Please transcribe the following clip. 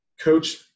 coach